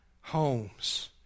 homes